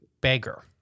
beggar